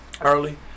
early